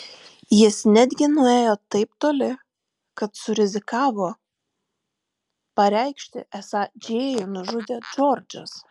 jis netgi nuėjo taip toli kad surizikavo pareikšti esą džėjų nužudė džordžas